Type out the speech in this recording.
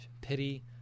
pity